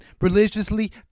religiously